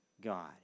God